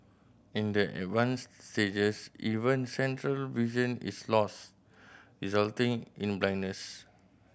in the advanced stages even central vision is lost resulting in blindness